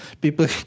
people